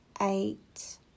eight